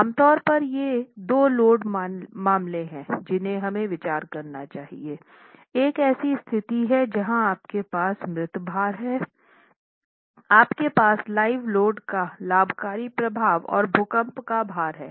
आम तौर पर ये दो लोड मामले हैं जिन्हें हमें विचार करना चाहिए एक ऐसी स्थिति है जहां आपके पास मृत भार है आपके पास लाइव लोड का लाभकारी प्रभाव और भूकंप का भार है